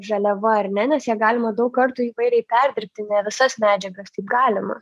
žaliava ar ne nes ją galima daug kartų įvairiai perdirbti ne visas medžiagas taip galima